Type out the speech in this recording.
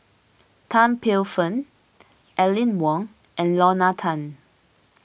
Tan Paey Fern Aline Wong and Lorna Tan